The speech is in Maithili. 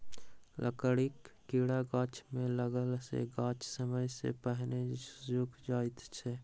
लकड़ीक कीड़ा गाछ मे लगला सॅ गाछ समय सॅ पहिने सुइख जाइत छै